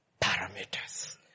parameters